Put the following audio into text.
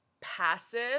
passive